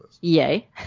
Yay